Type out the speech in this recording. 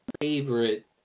favorite